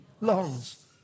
longs